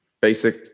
basic